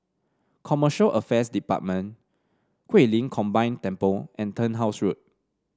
Commercial Affairs Department Guilin Combine Temple and Turnhouse Road